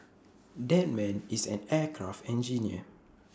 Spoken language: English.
that man is an aircraft engineer